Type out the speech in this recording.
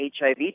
HIV